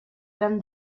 eren